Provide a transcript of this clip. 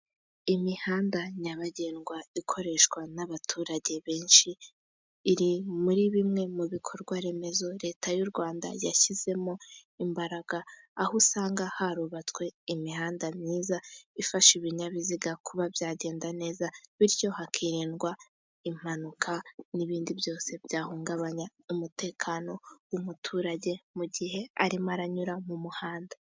Imihanda nyabagendwa ikoreshwa n'abaturage benshi, iri muri bimwe mu bikorwa remezo leta yurwanda yashyizemo imbaraga, aho usanga harubatswe imihanda myiza ifasha ibinyabiziga kuba byagenda neza, bityo hakiririndwa impanuka n'ibindi byose byahungabanya umutekano w'umuturage mu gihe arimo aranyura mu muhanda.